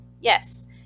Yes